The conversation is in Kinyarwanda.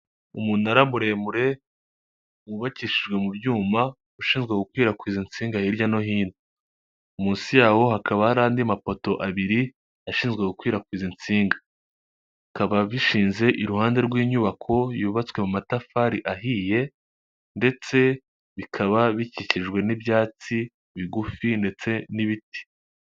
Umunara muremure wubakishijwe mu byuma ushinzwe gukwirakwiza insinga hirya no hino, munsi yawo hakaba hari andi mapoto abiri ashinzwe gukwirakwiza insinga. Bikaba bishinze iruhande rw'inyubako yubatswe mu matafari ahiye ndetse bikaba bikikijwe n'ibyatsi bigufi ndetse n'ibiti.